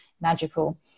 magical